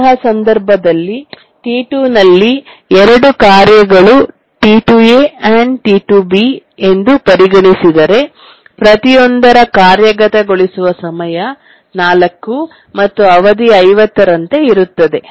ಇಂತಹ ಸಂದರ್ಭದಲ್ಲಿ T2 ನಲ್ಲಿ ಎರಡು ಕಾರ್ಯಗಳು T2a ಹಾಗೂ T2b ಎಂದು ಪರಿಗಣಿಸಿದರೆ ಪ್ರತಿಯೊಂದರ ಕಾರ್ಯಗತಗೊಳಿಸುವ ಸಮಯ 4 ಮತ್ತು ಅವಧಿ 50 ರಂತೆ ಇರುತ್ತದೆ